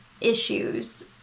issues